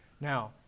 Now